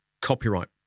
copyright